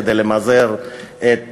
כדי למזער את